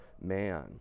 man